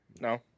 No